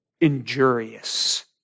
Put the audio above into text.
injurious